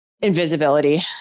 Invisibility